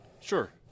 Sure